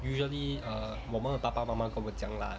usually uh 我们的爸爸妈妈跟我们讲 lah